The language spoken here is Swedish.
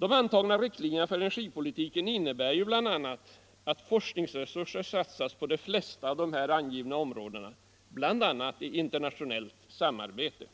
De antagna riktlinjerna för energipolitiken innebär bl.a. att forskningsresurser satsas på de flesta av de här angivna områdena, t.ex. i internationellt samarbete.